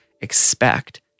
expect